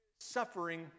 Suffering